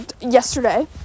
yesterday